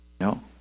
No